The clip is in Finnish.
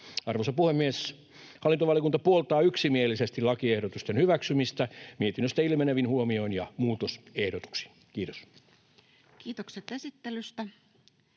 Arvoisa puhemies! Hallintovaliokunta puoltaa yksimielisesti lakiehdotusten hyväksymistä mietinnöstä ilmenevin huomioin ja muutosehdotuksin. — Kiitos.